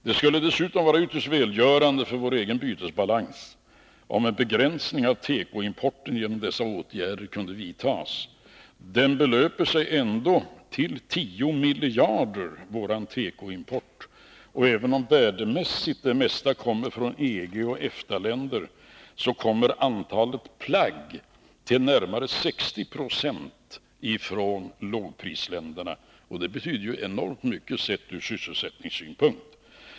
Det skulle dessutom vara ytterst välgörande för vår egen bytesbalans, om en begränsning av tekoimporten kunde vidtas genom dessa åtgärder. Vår tekoimport belöper sig ändå till 10 miljarder. Även om värdemässigt det mesta kommer från EG och EFTA-länder, kommer antalet plagg till närmare 60 20 från lågprisländerna. Det betyder enormt mycket sett ur sysselsättningssynpunkt.